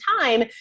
time